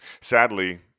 Sadly